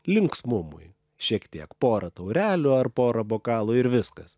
linksmumui šiek tiek pora taurelių ar pora bokalų ir viskas